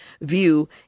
view